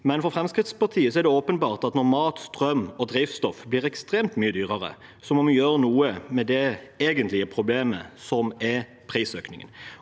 men for Fremskrittspartiet er det åpenbart at når mat, strøm og drivstoff blir ekstremt mye dyrere, må vi gjøre noe med det egentlige problemet, som er prisøkningen.